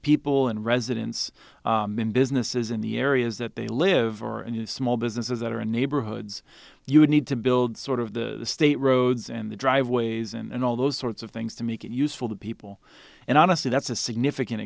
people and residents in businesses in the areas that they live or and small businesses that are in neighborhoods you would need to build sort of the state roads and the driveways and all those sorts of things to make it useful to people and honestly that's a significant